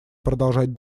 продолжать